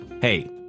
hey